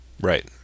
Right